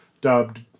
dubbed